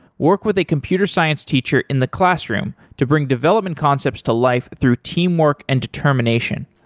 work with a computer science teacher in the classroom to bring development concepts to life through teamwork and determination.